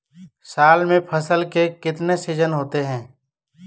साल में फसल के कितने सीजन होते हैं?